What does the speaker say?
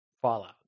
Fallout